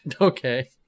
Okay